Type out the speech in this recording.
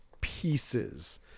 pieces